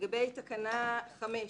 לגבי תקנה 5,